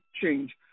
change